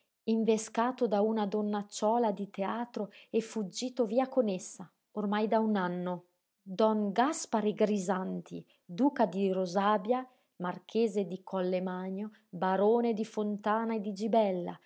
invescato da una donnaccola di teatro e fuggito via con essa ormai da un anno don gaspare grisanti duca di rosàbia marchese di collemagno barone di fontana e di gibella